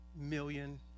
million